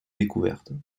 découvertes